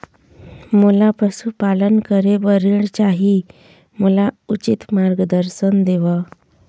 मोला पशुपालन करे बर ऋण चाही, मोला उचित मार्गदर्शन देव?